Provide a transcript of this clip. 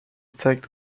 zeigt